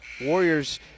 Warriors